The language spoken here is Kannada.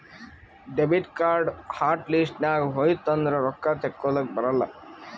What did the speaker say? ಡೆಬಿಟ್ ಕಾರ್ಡ್ ಹಾಟ್ ಲಿಸ್ಟ್ ನಾಗ್ ಹೋಯ್ತು ಅಂದುರ್ ರೊಕ್ಕಾ ತೇಕೊಲಕ್ ಬರಲ್ಲ